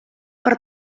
per